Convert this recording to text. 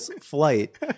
flight